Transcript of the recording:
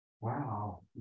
Wow